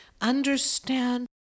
understand